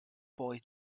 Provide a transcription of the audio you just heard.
boy